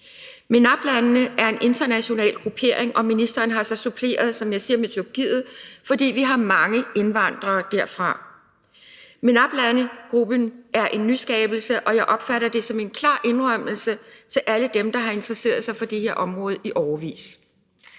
MENAP-landene er en international gruppering, og ministeren har så suppleret, som jeg sagde, med Tyrkiet, fordi vi har mange indvandrere derfra. MENAP-landegruppen er en nyskabelse, og jeg opfatter det som en klar indrømmelse til alle dem, der har interesseret sig for det her område i årevis.